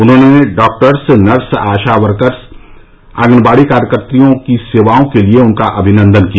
उन्होंने doctors nurse ASHA workers anganwadi कार्यकत्रियों की सेवाओं के लिये उनका अभिनन्दन किया